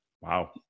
Wow